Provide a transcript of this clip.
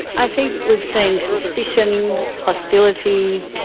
i think we've seen suspicion, hostility,